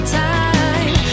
time